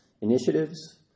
Initiatives